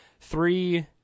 three